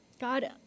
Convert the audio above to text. God